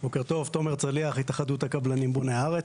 בוקר טוב, תומר צליח, התאחדות הקבלנים בוני הארץ.